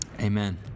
Amen